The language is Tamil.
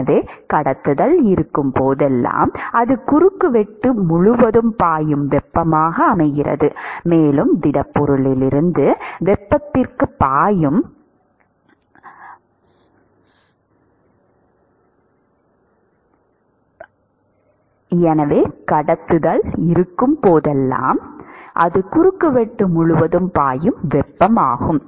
எனவே கடத்துதல் இருக்கும் போதெல்லாம் அது குறுக்குவெட்டு முழுவதும் பாயும் வெப்பம் ஆகும்